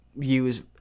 use